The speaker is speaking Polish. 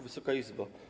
Wysoka Izbo!